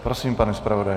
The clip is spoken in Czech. Prosím, pane zpravodaji.